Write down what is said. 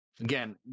Again